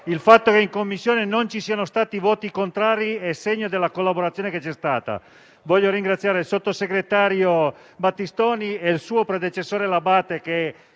Il fatto che in Commissione non ci siano stati voti contrari è segno della collaborazione che c'è stata. Voglio ringraziare il sottosegretario Battistoni e il suo predecessore L'Abbate, con